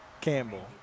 Campbell